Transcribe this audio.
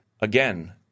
Again